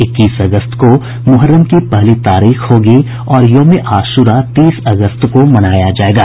इक्कीस अगस्त को मुहर्रम की पहली तारीख होगी और यौम ए आशूरा तीस अगस्त को मनाया जायेगा